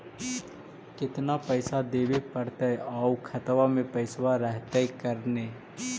केतना पैसा देबे पड़तै आउ खातबा में पैसबा रहतै करने?